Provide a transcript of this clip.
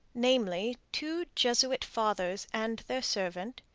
namely, two jesuit fathers and their servant,